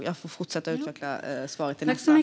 Jag får utveckla detta i mitt nästa inlägg.